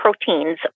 proteins